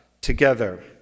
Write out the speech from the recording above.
together